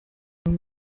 iyi